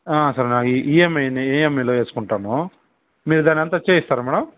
ఆ సరేనా ఇఏంఏ ఆ ఇఏంఐలో వేసుకుంటాను మీరు దాన్ని అంతా చెయ్యిస్తారా మేడం